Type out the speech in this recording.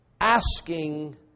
asking